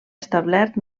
establert